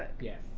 Yes